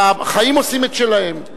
החיים עושים את שלהם.